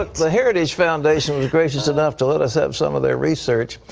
the heritage foundation was gracious enough to let us have some of their research.